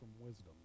wisdom